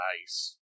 Nice